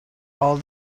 all